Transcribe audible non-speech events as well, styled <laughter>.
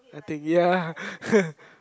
I think ya <laughs>